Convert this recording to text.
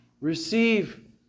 Receive